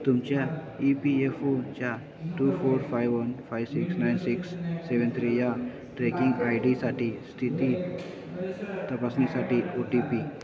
तुमच्या E P F ओच्या two four five one five six nine six seven three या tracking I डीसाठी स्थिती तपासणीसाठी ओ टी पी